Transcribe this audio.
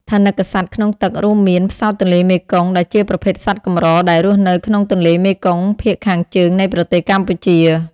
ថនិកសត្វក្នុងទឹក រួមមាន ផ្សោតទន្លេមេគង្គ ដែលជាប្រភេទសត្វកម្រដែលរស់នៅក្នុងទន្លេមេគង្គភាគខាងជើងនៃប្រទេសកម្ពុជា។